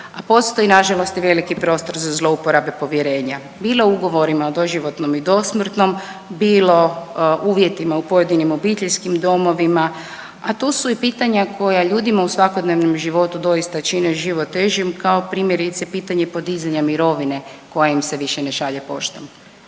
a postoji nažalost i veliki prostor za zlouporabe povjerenja, bilo ugovorima o doživotnom i dosmrtnom, bilo uvjetima u pojedinim obiteljskim domovima, a tu su i pitanja koja ljudima u svakodnevnom životu doista čine život težim, kao, primjerice, pitanje podizanja mirovine koja im se više ne šalje poštom.